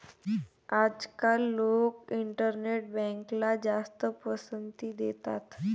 आजकाल लोक इंटरनेट बँकला जास्त पसंती देतात